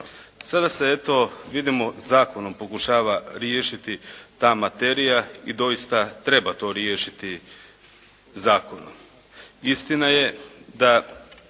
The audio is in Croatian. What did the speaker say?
Sada se eto vidimo zakonom pokušava riješiti ta materija i doista treba to riješiti zakonom.